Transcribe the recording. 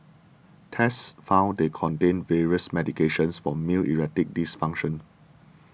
tests found they contained various medications for male erectile dysfunction